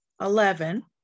eleven